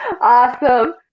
Awesome